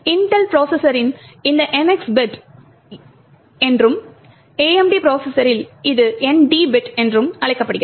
Intel ப்ரோசஸர்களில் இது NX bit என்றும் AMD ப்ரோசஸர்களில் இது ND பிட் என்றும் அழைக்கப்படுகிறது